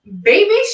Baby